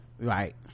right